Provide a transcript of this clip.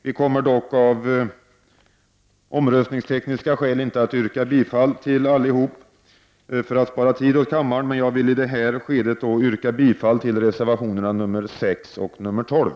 Vi kommer dock, av omröstningstekniska skäl, inte att yrka bifall till alla. Detta för att spara tid. Jag vill dock i det här skedet yrka bifall till reservationerna nr 6 och nr 12.